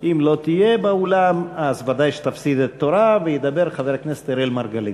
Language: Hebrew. ואם לא תהיה באולם ודאי שתפסיד את תורה וידבר חבר הכנסת אראל מרגלית.